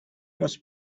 was